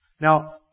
Now